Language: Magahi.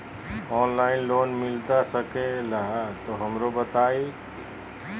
ऑनलाइन लोन मिलता सके ला तो हमरो बताई?